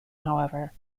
however